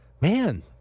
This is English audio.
Man